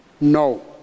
No